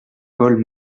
paul